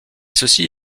ceci